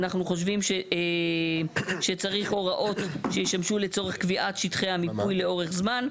אנחנו חושבים שצריך הוראות שישמשו לצורך קביעת שטחי המיפוי לאורך זמן.